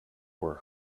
were